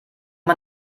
man